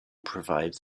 provides